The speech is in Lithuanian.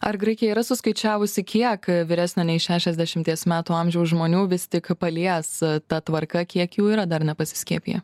ar graikija yra suskaičiavusi kiek vyresnio nei šešiasdešimties metų amžiaus žmonių vis tik palies ta tvarka kiek jų yra dar nepasiskiepiję